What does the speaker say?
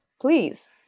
please